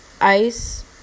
ICE